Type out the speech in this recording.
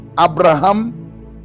Abraham